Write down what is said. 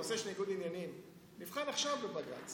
הנושא של ניגוד עניינים נבחן עכשיו בבג"ץ,